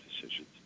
decisions